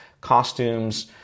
costumes